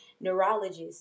neurologist